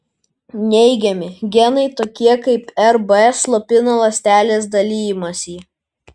neigiami genai tokie kaip rb slopina ląstelės dalijimąsi